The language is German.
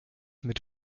mit